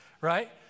right